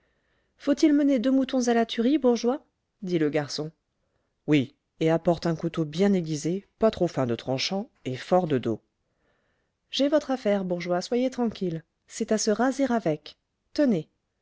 faut-il mener deux moutons à la tuerie bourgeois dit le garçon oui et apporte un couteau bien aiguisé pas trop fin de tranchant et fort de dos j'ai votre affaire bourgeois soyez tranquille c'est à se raser avec tenez